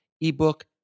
ebook